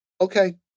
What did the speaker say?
okay